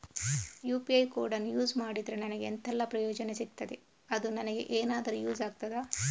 UPI ಕೋಡನ್ನು use ಮಾಡಿದ್ರೆ ನನಗೆ ಎಂಥೆಲ್ಲಾ ಪ್ರಯೋಜನ ಸಿಗ್ತದೆ, ಅದು ನನಗೆ ಎನಾದರೂ ಯೂಸ್ ಆಗ್ತದಾ?